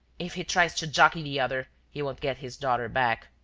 if he tries to jockey the other, he won't get his daughter back.